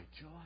joy